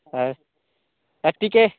ହେଉ ଆ ଟିକେ